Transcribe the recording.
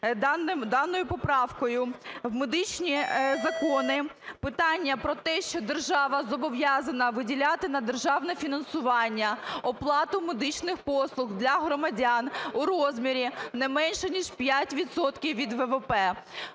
даною поправкою в медичні закони питання про те, що держава зобов'язана виділяти на державне фінансування оплату медичних послуг для громадян у розмірі не менше ніж 5 відсотків